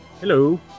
Hello